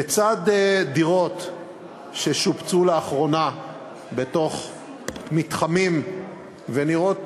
לצד דירות ששופצו לאחרונה בתוך מתחמים ונראות